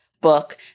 book